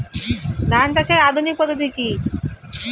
ধান চাষের আধুনিক পদ্ধতি কি?